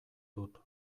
dut